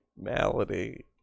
Malady